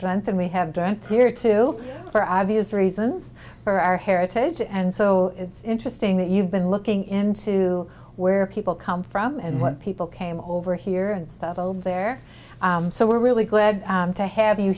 trenton we have done here too for obvious reasons for our heritage and so it's interesting that you've been looking into where people come from and what people came over here and settled there so we're really glad to have you